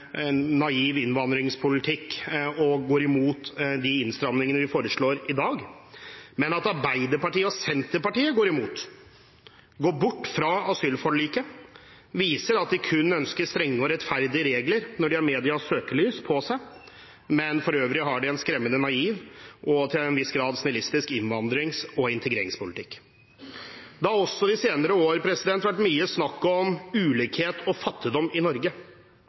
en naiv innvandringspolitikk og går imot de innstramningene vi foreslår i dag, men at Arbeiderpartiet og Senterpartiet går imot, går bort fra asylforliket, viser at de ønsker strenge og rettferdige regler kun når de har medias søkelys på seg, og for øvrig har en skremmende naiv og til en viss grad snillistisk innvandrings- og integreringspolitikk. Det har også de senere år vært mye snakk om ulikhet og fattigdom i Norge,